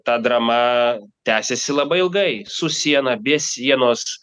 ta drama tęsiasi labai ilgai su siena be sienos